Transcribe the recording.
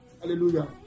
Hallelujah